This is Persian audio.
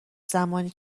زمانی